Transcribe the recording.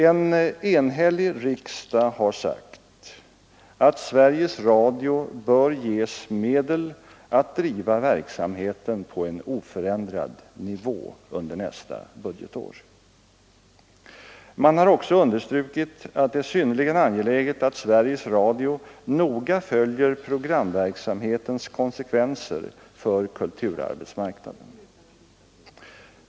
En enhällig riksdag har sagt att Sveriges Radio bör ges medel att driva verksamheten på en oförändrad nivå under nästa budgetår. Man har också understrukit att det är synnerligen angeläget att Sveriges Radio noga följer programverksamhetens konsekvenser för kulturarbetsmarknaden.